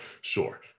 Sure